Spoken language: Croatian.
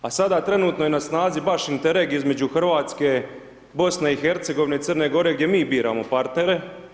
A sada trenutno je na snazi Interreg između Hrvatske, BiH, Crne Gore, gdje mi biramo partnere.